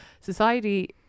Society